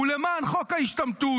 הוא למען חוק ההשתמטות.